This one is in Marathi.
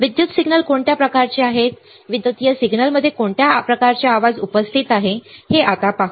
विद्युतीय सिग्नल कोणत्या प्रकारचे आहेत विद्युतीय सिग्नलमध्ये कोणत्या प्रकारचे आवाज उपस्थित आहेत ते आता पाहू